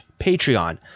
Patreon